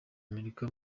amerika